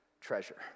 treasure